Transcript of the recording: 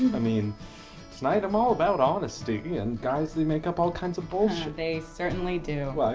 i mean tonight i'm all about honesty. and guys they make up all kinds of bullshit. they certainly do. well,